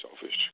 selfish